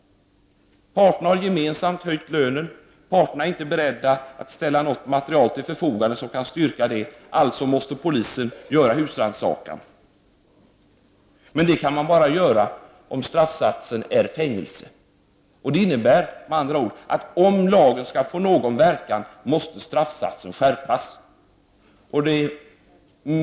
Parterna har gemensamt höjt lönen, parterna är inte beredda att ställa något material till förfogande som kan styrka det, alltså måste polisen göra husrannsakan. Men det kan man göra bara om straffsatsen är fängelse. Med andra ord: Om lagen skall få någon verkan måste straffsatsen skärpas.